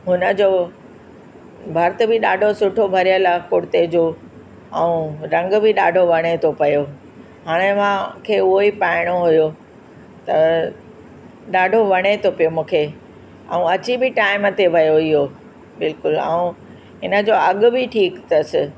हुन जो भर्त बि ॾाढो सुठो भरियलु आहे कुर्ते जो रंग बि ॾाढो वणे थो पियो हाणे मूंखे उहे ई पाइणो हुओ त ॾाढो वणे थो पियो मूंखे ऐं अची बि टाइम ते वियो इहो बिल्कुलु ऐं इन जो अघ बि ठीकु अथसि